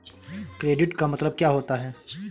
Credit का मतलब क्या होता है?